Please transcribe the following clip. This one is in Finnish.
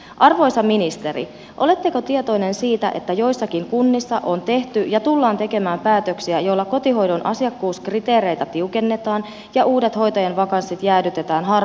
arvoisa ministeri oletteko tietoinen siitä että joissakin kunnissa on tehty ja tullaan tekemään päätöksiä joilla kotihoidon asiakkuuskriteereitä tiukennetaan ja uudet hoitajan vakanssit jäädytetään hamaan tulevaan